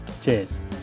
Cheers